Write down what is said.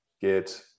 get